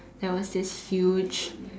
there was this huge